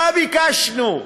מה ביקשנו?